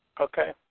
Okay